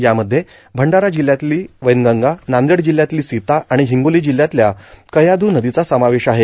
यामध्ये भंडारा जिल्ह्यातली वैनगंगा नांदेड जिल्ह्यातली सीता आणि हिंगोली जिल्ह्यातल्या कयाधू नदीचा समावेश आहे